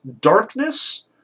darkness